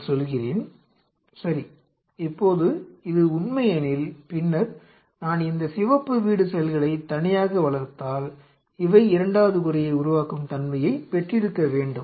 நான் சொல்கிறேன் சரி இப்போது இது உண்மையெனில் பின்னர் நான் இந்த சிவப்பு வீடு செல்களை தனியாக வளர்த்தால் இவை இரண்டாவது கூரையை உருவாக்கும் தன்மையைப் பெற்றிருக்க வேண்டும்